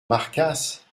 marcasse